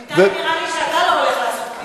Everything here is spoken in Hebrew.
בינתיים, נראה לי שאתה לא הולך לעשות קניות,